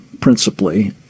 principally